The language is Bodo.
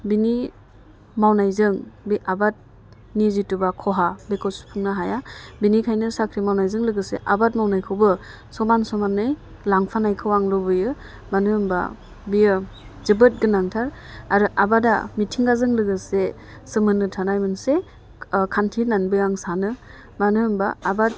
बिनि मावनायजों बे आबादनि जिथु बा खहा बेखौ सुफुंनो हाया बिनिखायनो साख्रि मावनायजों लोगोसे आबाद मावनायखौबो समान समानै लांफानायखौ आं लुबैयो मानो होनबा बेयो जोबोद गोनांथार आरो आबादा मिथिंगाजों लोगोसे सोमोन्दो थानाय मोनसे खान्थि होननानैबो आं सानो मानो होनबा आबाद